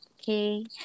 Okay